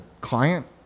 client